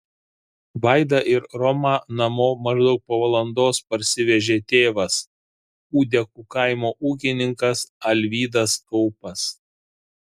vaidą ir romą namo maždaug po valandos parsivežė tėvas ūdekų kaimo ūkininkas alvydas kaupas